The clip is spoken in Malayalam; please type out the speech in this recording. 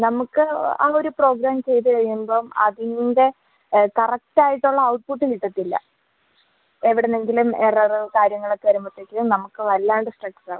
നമുക്ക് ആ ഒരു പ്രോഗ്രാം ചെയ്ത് കഴിയുമ്പം അതിൻ്റെ കറക്റ്റായിട്ടുള്ള ഔട്ട്പുട്ട് കിട്ടത്തില്ല എവിടുന്നെങ്കിലും ഏററ് കാര്യങ്ങളൊക്കെ വരുമ്പോഴ്ത്തേക്കും നമുക്ക് വല്ലാണ്ട് സ്ട്രെസ്സാവും